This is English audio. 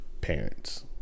parents